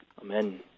Amen